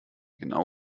genau